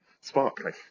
sparkling